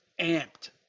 amped